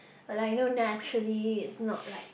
we're like no naturally it's not like